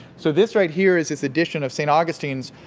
so, this right here is this edition of st. augustine's,